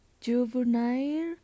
juvenile